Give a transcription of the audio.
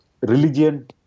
religion